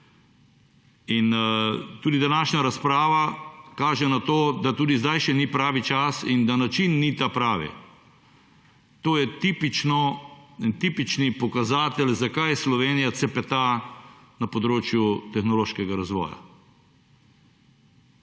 In tudi današnja razprava kaže na to, da tudi zdaj še ni pravi čas in da način ni pravi. To je tipični pokazatelj, zakaj Slovenija cepeta na področju tehnološkega razvoja.